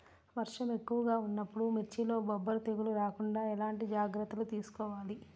వర్షం ఎక్కువగా ఉన్నప్పుడు మిర్చిలో బొబ్బర తెగులు రాకుండా ఎలాంటి జాగ్రత్తలు తీసుకోవాలి?